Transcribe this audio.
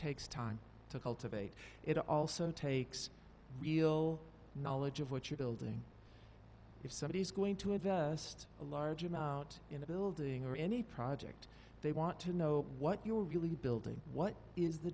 takes time to cultivate it also takes real knowledge of what you're building if somebody is going to invest a large amount in a building or any project they want to know what you are really building what is the